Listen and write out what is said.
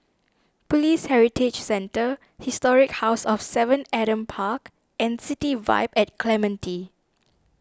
Police Heritage Centre Historic House of Seven Adam Park and City Vibe at Clementi